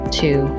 two